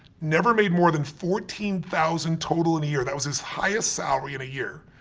never made more than fourteen thousand total in a year. that was his highest salary in a year.